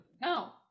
No